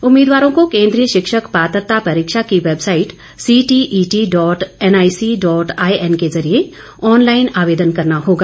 उम्मीदवारों को केन्द्रीय शिक्षक पात्रता परीक्षा की website CTET dot N I C dot I N के जरिए ऑनलाइन आवेदन करना होगा